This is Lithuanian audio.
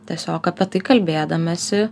tiesiog apie tai kalbėdamiesi